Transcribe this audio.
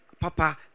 Papa